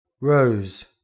Rose